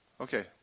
Okay